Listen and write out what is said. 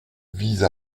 vise